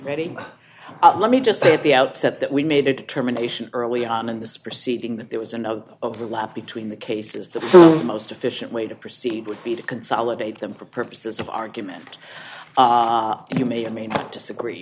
reddy let me just say at the outset that we made a determination early on in this proceeding that there was another overlap between the cases the most efficient way to proceed would be to consolidate them for purposes of argument and you may or may not disagree